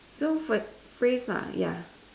so for phrase lah ya